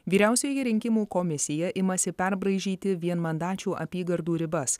vyriausioji rinkimų komisija imasi perbraižyti vienmandačių apygardų ribas